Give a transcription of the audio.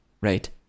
right